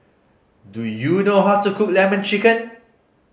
do you know how to cook Lemon Chicken